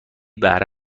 بهره